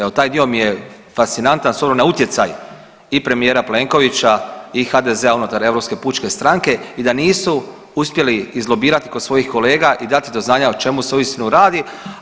Evo taj dio mi je fascinantan s obzirom na utjecaj i premijera Plenkovića i HDZ-a unutar Europske pučke stranke i da nisu uspjeli izlobirati kod svojih kolega i dati do znanja o čemu se uistinu radi.